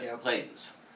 planes